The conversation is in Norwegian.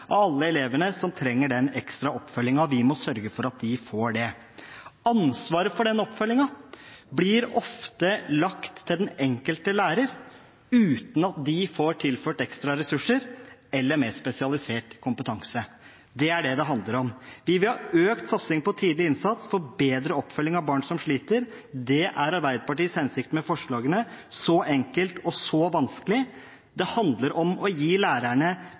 alle elevene som trenger den ekstra oppfølgingen. Vi må sørge for at de får det. Ansvaret for den oppfølgingen blir ofte lagt til den enkelte lærer, uten at læreren får tilført ekstra ressurser eller mer spesialisert kompetanse. Det er det det handler om. Vi vil ha økt satsing på tidlig innsats, få bedre oppfølging av barn som sliter. Det er Arbeiderpartiets hensikt med forslagene – så enkelt og så vanskelig. Det handler om å gi lærerne